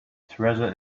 treasure